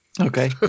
okay